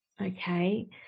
okay